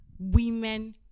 women